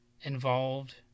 involved